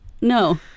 no